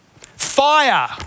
Fire